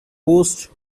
host